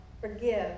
forgive